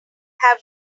have